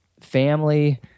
family